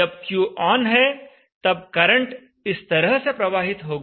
जब Q on है तब करंट इस तरह से प्रवाहित होगा